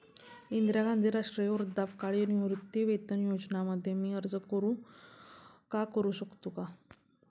इंदिरा गांधी राष्ट्रीय वृद्धापकाळ निवृत्तीवेतन योजना मध्ये मी अर्ज का करू शकतो का?